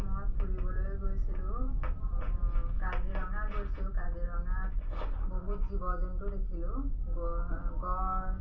মই ফুৰিবলৈ গৈছিলোঁ কাজিৰঙা গৈছোঁ কাজিৰঙাত বহুত জীৱ জন্তু দেখিলোঁ গড়